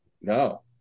No